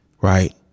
right